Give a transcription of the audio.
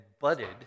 budded